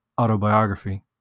autobiography